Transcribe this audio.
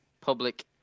public